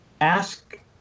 ask